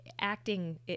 acting